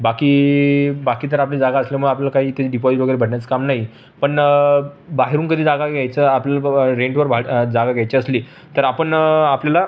बाकी बाकी तर आपली जागा असल्यामुळं आपल्याला काही इथे डिपॉजिट वगैरे भरण्याचं काम नाही पण बाहेरून कधी जागा घ्यायचं आपल्याला बाबा रेंटवर भाडं जागा घ्यायची असली तर आपण आपल्याला